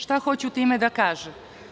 Šta hoću time da kažem?